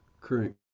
current